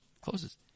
closes